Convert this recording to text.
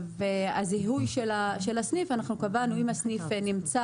הזיהוי של הסניף - אנחנו קבענו שאם הסניף נמצא